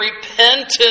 repented